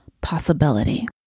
possibility